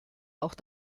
auch